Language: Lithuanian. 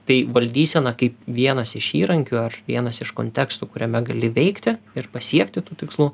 tai valdysena kaip vienas iš įrankių ar vienas iš kontekstų kuriame gali veikti ir pasiekti tų tikslų